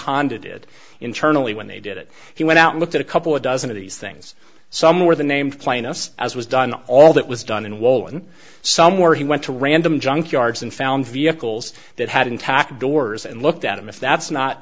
honda did internally when they did it he went out and looked at a couple of dozen of these things somewhere the named plaintiffs as was done all that was done in wallan somewhere he went to random junk yards and found vehicles that had intact doors and looked at them if that's not